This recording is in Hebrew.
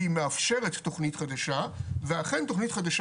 והיא מאפשרת תכנית חדשה ואכן תכנית חדשה